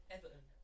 Everton